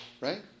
right